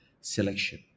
selection